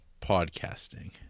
podcasting